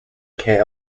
care